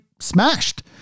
smashed